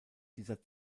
dieser